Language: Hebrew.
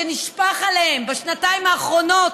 שנשפך עליהם בשנתיים האחרונות,